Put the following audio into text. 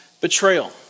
betrayal